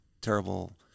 terrible